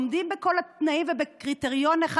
עומדים בכל התנאים ובקריטריון אחד.